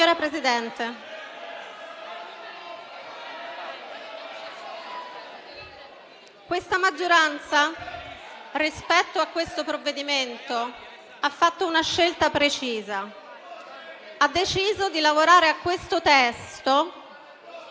Signor Presidente, questa maggioranza rispetto a questo provvedimento ha fatto una scelta precisa: ha deciso di lavorare a questo testo